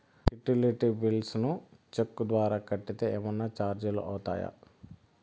Utility bills ను cheque ద్వారా కట్టితే ఏమన్నా చార్జీలు అవుతాయా?